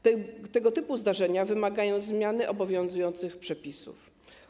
Tego typu zdarzenia wymagają zmiany obowiązujących przepisów.